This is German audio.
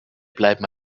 bleiben